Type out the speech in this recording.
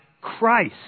Christ